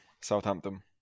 Southampton